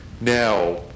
Now